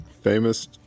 Famous